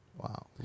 Wow